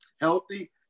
healthy